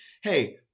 hey